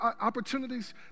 opportunities